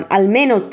almeno